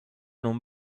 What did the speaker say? non